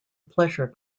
pleasure